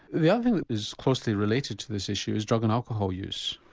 the other thing that is closely related to this issue is drug and alcohol use.